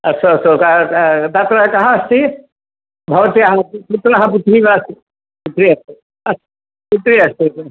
अस्तु अस्तु तत्र कः अस्ति भवत्याः पुत्रः पुत्री वा अस्ति पुत्री अस्ति अस्तु पुत्री अस्ति खलु